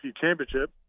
championship